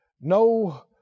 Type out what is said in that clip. no